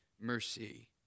mercy